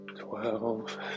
twelve